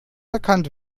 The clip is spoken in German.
erkannt